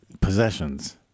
possessions